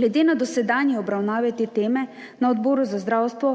Glede na dosedanje obravnave te teme na Odboru za zdravstvo